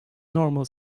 normal